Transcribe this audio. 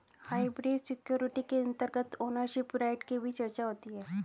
hybrid security के अंतर्गत ownership right की भी चर्चा होती है